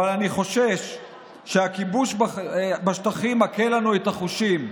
אבל אני חושש שהכיבוש בשטחים מקהה לנו את החושים,